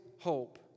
hope